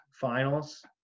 finals